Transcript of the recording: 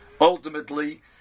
Ultimately